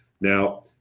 Now